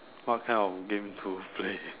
what kind of games do you play